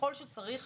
ככל שצריך,